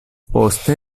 poste